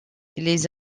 les